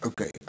Okay